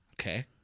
Okay